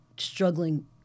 struggling